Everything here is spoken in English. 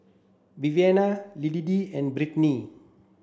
Viviana Liddie and Britany